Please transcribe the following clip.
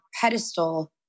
pedestal